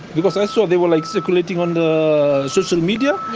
because i saw they were like circulating on the social media,